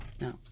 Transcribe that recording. No